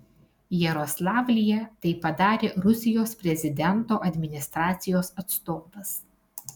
jaroslavlyje tai padarė rusijos prezidento administracijos atstovas